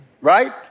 right